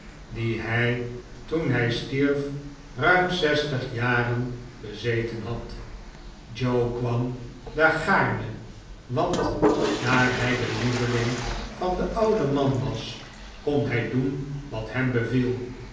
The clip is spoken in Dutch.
die hij toen hij stierf ruim zestig jaren bezeten had joe kwam daar gaarne want daar hij de lieveling van den ouden man was kon hij doen wat hem beviel